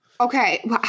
Okay